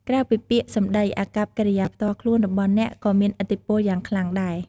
ក្រៅពីពាក្យសម្ដី អាកប្បកិរិយាផ្ទាល់ខ្លួនរបស់អ្នកក៏មានឥទ្ធិពលយ៉ាងខ្លាំងដែរ។